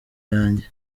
yanjye